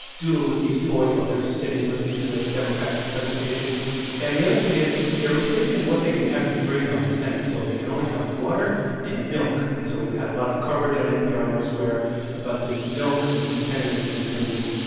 doodle with these toys while they're sitting listening to the democrat presentation and the other thing is they're restricted in what they can have to drink on the senate floor. they can only have water and milk, and so we've had a lot of coverage on npr and elsewhere about this milk that these senators have been drinking.